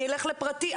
אני אלך לפרטי,